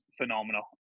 phenomenal